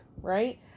Right